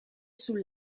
sul